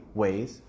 ways